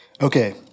Okay